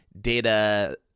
Data